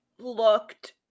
looked